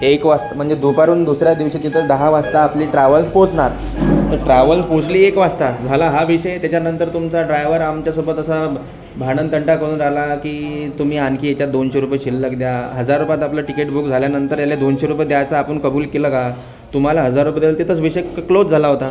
एक वाजता म्हणजे दुपारहून दुसऱ्या दिवशी तिथे दहा वाजता आपली ट्रॅव्हल्स पोहोचणार तर ट्रॅव्हल पोहोचली एक वाजता झाला हा विषय त्याच्यानंतर तुमचा ड्रायव्हर आमच्यासोबत असा भांडणतंटा करून राहिला की तुम्ही आणखी ह्याच्यात दोनशे रुपये शिल्लक द्या हजार रुपयांत आपलं तिकिट बुक झाल्यानंतर ह्याला दोनशे रुपये द्याचं आपण कबूल केलं का तुम्हाला हजार रुपये दिले तिथंच विषय क्लोज झाला होता